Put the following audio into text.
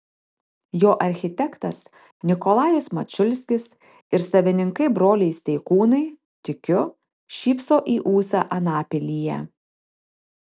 jo architektas nikolajus mačiulskis ir savininkai broliai steikūnai tikiu šypso į ūsą anapilyje